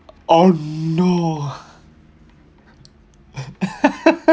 oh no